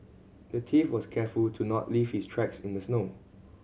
the thief was careful to not leave his tracks in the snow